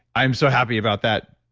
i'm so happy about that.